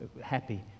happy